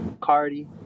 Cardi